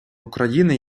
україни